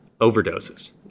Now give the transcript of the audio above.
overdoses